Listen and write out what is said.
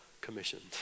commissioned